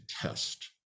test